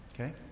Okay